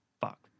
fuck